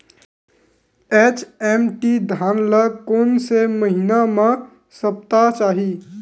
HMT धान ल कोन से महिना म सप्ता चाही?